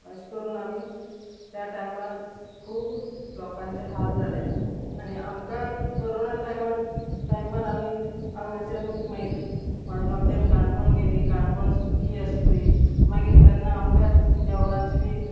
अशें करून आमी त्या टायमार खूब लोकांचे हाल जाले आनी आमकां कोरोना टायमार टायमार आमी हांगाच्यान मागीर मडगांवच्यान काणकोण गेलीं काणकोण सुकी आशिल्ली मागीर तेन्ना आमकां जेवणाची बी